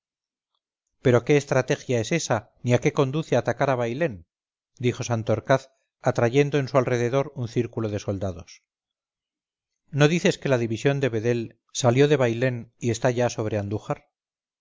pero qué estrategia es esa ni a qué conduce atacar a bailén dijo santorcaz atrayendo en su alrededor un círculo de soldados no dices que la división vedel salió de bailén y está ya sobre andújar